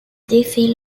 défaits